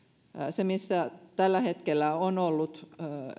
se missä tällä hetkellä on ollut